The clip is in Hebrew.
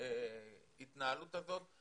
בהתנהלות הזאת.